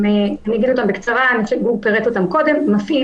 אומר אותם בקצרה גור פירט אותם קודם מפעיל